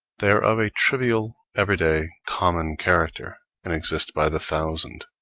they are of a trivial, every-day, common character, and exist by the thousand.